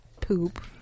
Poop